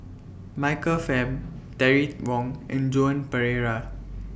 Michael Fam Terry Wong and Joan Pereira